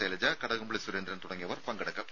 ശൈലജ കടകംപള്ളി സുരേന്ദ്രൻ എന്നിവർ പങ്കെടുക്കും